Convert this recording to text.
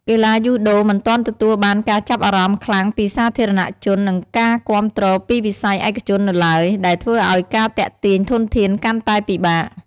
កីឡាយូដូមិនទាន់ទទួលបានការចាប់អារម្មណ៍ខ្លាំងពីសាធារណជន និងការគាំទ្រពីវិស័យឯកជននៅឡើយ ដែលធ្វើឲ្យការទាក់ទាញធនធានកាន់តែពិបាក ។